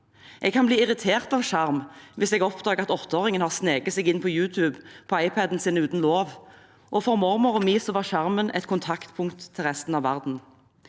Jeg kan bli irritert av skjerm hvis jeg oppdager at 8-åringen har sneket seg inn på YouTube på iPaden sin uten lov. For mormoren min var skjermen et kontaktpunkt til resten av verden.